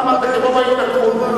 אתה אמרת תגובה על ההתנתקות,